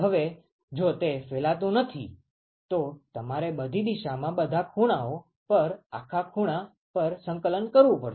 હવે જો તે ફેલાતું નથી તો તમારે બધી દિશામાં બધા ખૂણાઓ પર આખા ખૂણા પર સંકલન કરવું પડશે